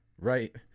right